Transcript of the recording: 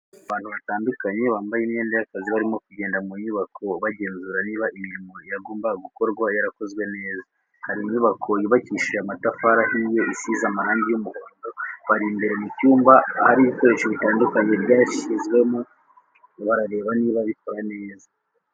Abantu batandukanye bambaye imyenda y'akazi barimo kugenda mu nyubako bagenzura niba imirimo yagombaga gukorwa yarakozwe neza, hari inyubako yubakishije amatafari ahiye isize amarangi y'umuhondo, bari imbere mu cyumba ahari ibikoresho bitandukanye byashyizwemo barareba niba bikora neza.